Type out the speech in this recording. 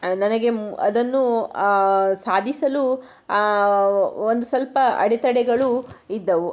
ನನಗೆ ಅದನ್ನು ಸಾಧಿಸಲು ಒಂದು ಸ್ವಲ್ಪ ಅಡೆತಡೆಗಳು ಇದ್ದವು